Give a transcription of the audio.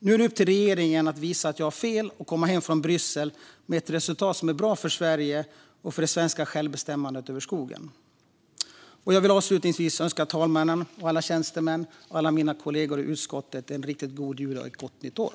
Nu är det upp till regeringen att visa att jag har fel och komma hem från Bryssel med ett resultat som är bra för Sverige och det svenska självbestämmandet över skogen. Jag vill avslutningsvis önska talmännen, alla tjänstemän och alla mina kollegor i utskottet en riktig god jul och ett gott nytt år.